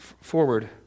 forward